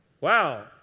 Wow